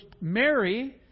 Mary